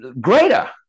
greater